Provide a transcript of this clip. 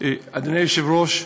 אדוני היושב-ראש,